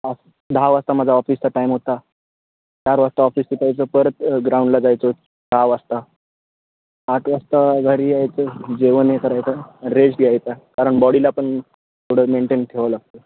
पा दहा वाजता माझा ऑफिसचा टाईम होता चार वाजता ऑफिस सुटायचं परत ग्राउंडला जायचो सहा वाजता आठ वाजता घरी यायचं जेवण हे करायचं रेस्ट घ्यायचा कारण बॉडीला पण थोडं मेंटेन ठेवावं लागतं